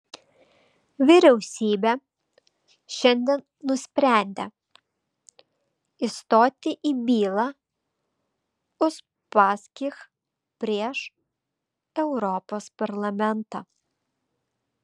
vyriausybė šiandien nusprendė įstoti į bylą uspaskich prieš europos parlamentą